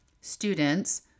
students